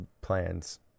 plans